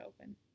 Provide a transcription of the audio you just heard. open